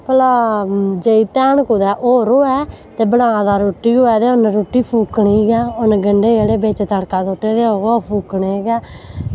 भला जे ध्यान कुतै होर होऐ ते बना दा रुट्टी होऐ ते उन्न रुट्टी फुकनी गै उन्न गंडे जेह्ड़े बिच्च तड़का सुट्टे दे ओह् फुकने गै